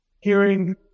hearing